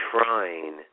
trying